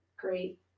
great